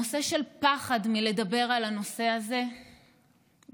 הנושא של פחד מלדבר על הנושא הזה מהווה